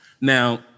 Now